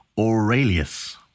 Aurelius